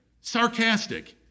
sarcastic